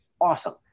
Awesome